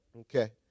Okay